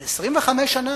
אבל 25 שנה